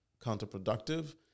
counterproductive